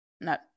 no